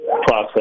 process